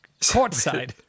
Courtside